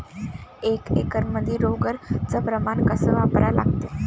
एक एकरमंदी रोगर च प्रमान कस वापरा लागते?